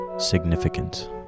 significant